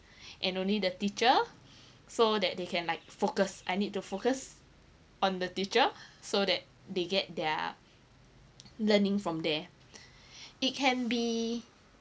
and only the teacher so that they can like focus I need to focus on the teacher so that they get their learning from there it can be